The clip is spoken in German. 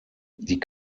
die